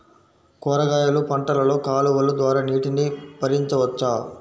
కూరగాయలు పంటలలో కాలువలు ద్వారా నీటిని పరించవచ్చా?